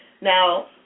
Now